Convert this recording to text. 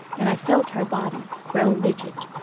and i felt her body grow rigid.